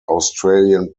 australian